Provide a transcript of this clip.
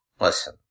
Listen